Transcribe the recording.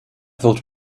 thought